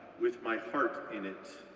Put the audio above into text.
with my heart in it.